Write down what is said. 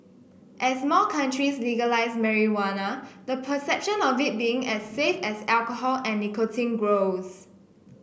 as more countries legalise marijuana the perception of it being as safe as alcohol and nicotine grows